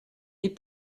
est